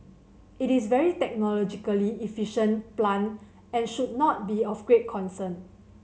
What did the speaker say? it is very technologically efficient plant and should not be of great concern